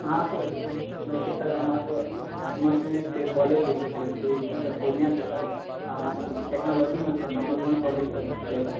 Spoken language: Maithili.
हाँ सर देखिए सर हमारे को हमर सनिके कॉलेज जे छै सर कि मतलब पूर्णियाके टेक्नोलॉजीमे sir number one college sir छै